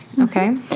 Okay